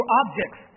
objects